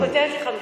אני כותבת לך מכתב.